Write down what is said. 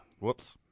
Whoops